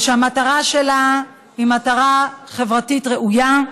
שהמטרה שלה היא מטרה חברתית ראויה,